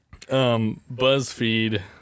BuzzFeed